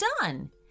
done